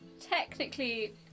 technically